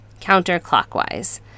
counterclockwise